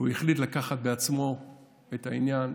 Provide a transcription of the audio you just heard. והוא החליט לקחת בעצמו את העניין.